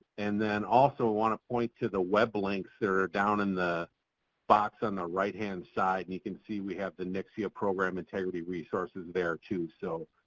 and then also want to point to the weblinks that are down in the box on the right-hand side. and you can see we have the ncsia program integrity resources there too. so,